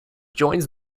joins